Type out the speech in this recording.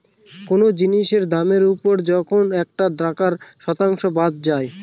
কোনো জিনিসের দামের ওপর যখন একটা টাকার শতাংশ বাদ যায়